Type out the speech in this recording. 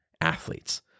athletes